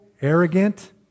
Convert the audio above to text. arrogant